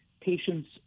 patients